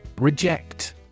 Reject